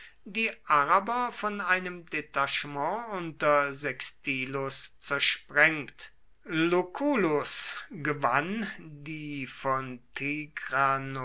die araber von einem detachement unter sextilius zersprengt lucullus gewann die von